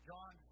John